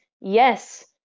yes